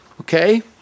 Okay